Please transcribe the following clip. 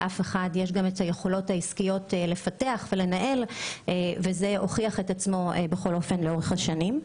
היכולות העסקיות לפתח ולנהל וזה הוכיח את עצמו לאורך השנים.